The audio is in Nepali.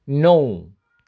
नौ